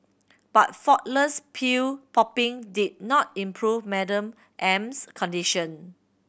but faultless pill popping did not improve Madam M's condition